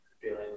Feeling